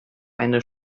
eine